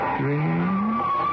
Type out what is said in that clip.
dreams